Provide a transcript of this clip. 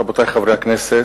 רבותי חברי הכנסת,